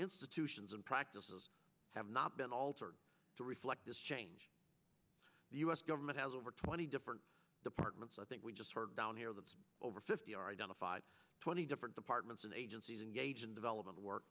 institutions and practices have not been altered to reflect this change the u s government has over twenty different departments i think we just heard down here that over fifty are identified twenty different departments and agencies engaged in development work